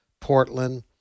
Portland